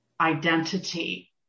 identity